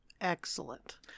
Excellent